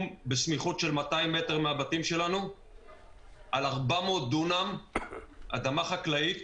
בסמיכות של 200 מטר מהבתים שלנו על 400 דונם אדמה חקלאית